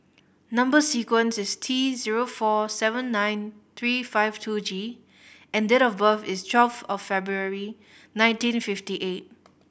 number sequence is T zero four seven nine three five two G and date of birth is twelve of February nineteen fifty eight